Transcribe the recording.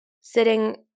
sitting